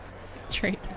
straight